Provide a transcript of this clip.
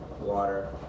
water